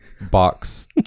box